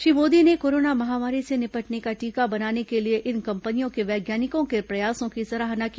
श्री मोदी ने कोरोना महामारी से निपटने का टीका बनाने के लिए इन कपंनियों के वैज्ञानिकों के प्रयासों की सराहना की